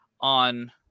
on